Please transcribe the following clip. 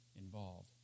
involved